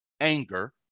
anger